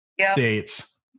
states